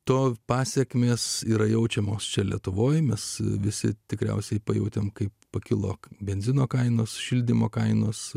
to pasekmės yra jaučiamos čia lietuvoje mes visi tikriausiai pajautėme kaip pakilok benzino kainos šildymo kainos